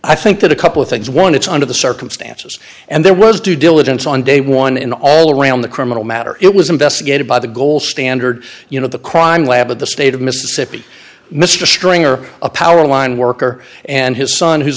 i think that a couple of things one is under the circumstances and there was due diligence on day one in all around the criminal matter it was investigated by the gold standard you know the crime lab of the state of mississippi mr stringer a power line worker and his son who's